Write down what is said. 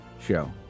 show